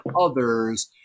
others